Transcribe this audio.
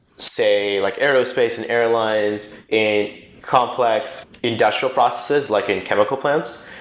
say like aerospace and airlines, in complex industrial process, like in chemical plants,